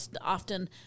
often